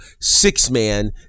six-man